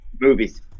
Movies